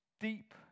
deep